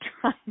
trying